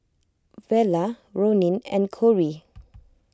Vela Ronin and Corrie